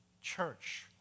church